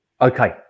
Okay